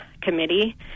committee